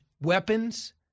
weapons